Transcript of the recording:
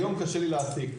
היום קשה לי להעסיק,